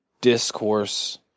discourse